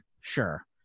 sure